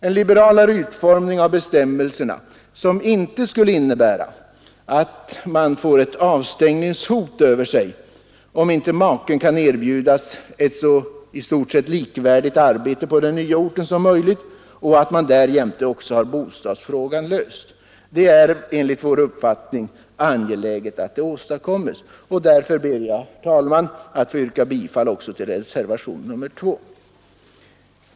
En liberalare utformning av bestämmelsen som skulle innebära att man inte behöver få ett avstängningshot över sig, om inte maken kan erbjudas ett så likvärdigt arbete på den nya orten som möjligt, och som vidare skulle gå ut på att bostadsfrågan måste kunna ordnas är enligt vår uppfattning angelägen att åstadkomma. Därför ber jag, herr talman, att få yrka bifall också till reservationen 2.